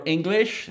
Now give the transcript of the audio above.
English